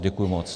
Děkuji moc.